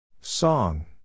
song